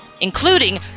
including